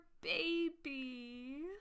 baby